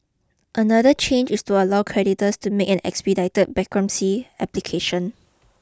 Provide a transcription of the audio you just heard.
another change is to allow creditors to make an expedited bankruptcy application